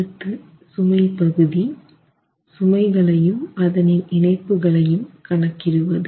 அடுத்து சுமை பகுதி சுமைகளையும் அதனின் இணைப்புகளையும் கணக்கிடுவது